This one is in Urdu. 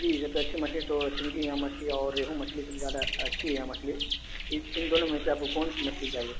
جی سب سے اچھی مچھلی تو سنگی یا مچھلی اور ریہو مچھلی سب سے زیادہ اچھی ہے مچھلی ان دونوں میں سے آپ کون مچھلی چاہیے